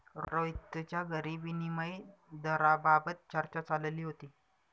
रोहितच्या घरी विनिमय दराबाबत चर्चा चालली होती